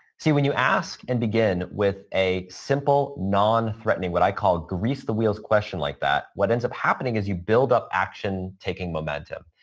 see, when you ask and begin with a simple non-threatening what i call grease the wheels question like that, what ends up happening you build up action taking momentum.